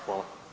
Hvala.